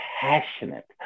passionate